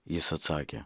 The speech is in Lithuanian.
jis atsakė